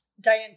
Diane